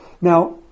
Now